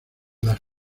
las